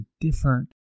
different